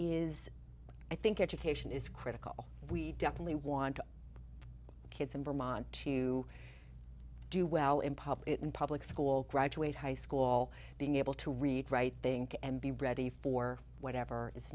is i think education is critical we definitely want to kids in vermont to do well in puppet and public school graduate high school all being able to read write think and be ready for whatever is